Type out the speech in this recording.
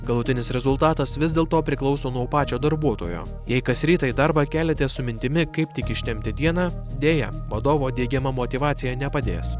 galutinis rezultatas vis dėlto priklauso nuo pačio darbuotojo jei kas rytą į darbą keliatės su mintimi kaip tik ištempti dieną deja vadovo diegiama motyvacija nepadės